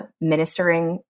ministering